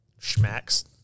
Schmacks